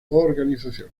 organización